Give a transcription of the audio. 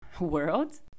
world